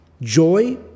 Joy